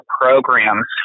programs